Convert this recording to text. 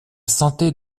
santé